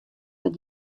dat